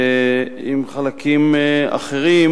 עם חלקים אחרים,